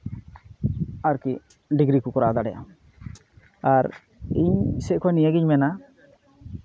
ᱟᱨᱠᱤ ᱰᱤᱜᱽᱨᱤ ᱠᱚ ᱠᱚᱨᱟᱣ ᱫᱟᱲᱮᱭᱟᱜᱼᱟ ᱟᱨ ᱤᱧ ᱥᱮᱜ ᱠᱷᱚᱱ ᱱᱤᱭᱟᱹᱜᱤᱧ ᱢᱮᱱᱟ